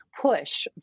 push